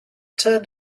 turned